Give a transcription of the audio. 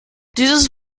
dieses